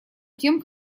тем